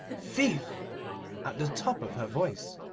thief at the top of her voice.